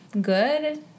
good